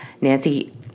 Nancy